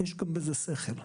יש בזה היגיון.